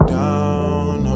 down